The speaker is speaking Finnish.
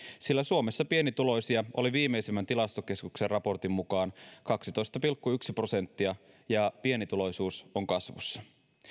sillä suomessa pienituloisia oli viimeisimmän tilastokeskuksen raportin mukaan kaksitoista pilkku yksi prosenttia ja pienituloisuus on kasvussa